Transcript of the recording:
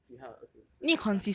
其他的二十四点三